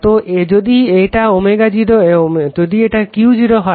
তো যদি এটা Q0 হয়